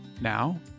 Now